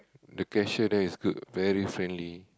the cashier there is good very friendly